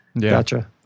Gotcha